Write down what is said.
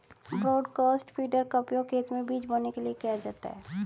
broadcast feeder का उपयोग खेत में बीज बोने के लिए किया जाता है